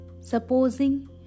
Supposing